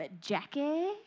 Jackie